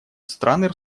страны